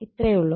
ഇത്രേ ഒള്ളു